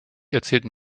erzählten